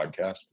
podcast